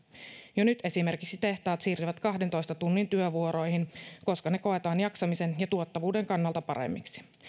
jo nyt esimerkiksi tehtaat siirtyvät kahdentoista tunnin työvuoroihin koska ne koetaan jaksamisen ja tuottavuuden kannalta paremmiksi